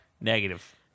Negative